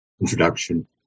introduction